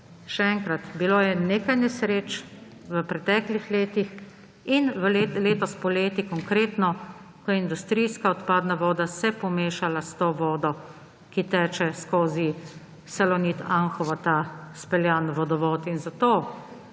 Še enkrat; bilo je nekaj nesreč v preteklih letih in letos poleti, konkretno, ko je industrijska odpadna voda se pomešala s to vodo, ki teče skozi Salonit Anhovo, ta speljani vodovod. In zato,